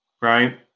Right